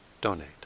donate